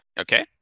Okay